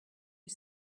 you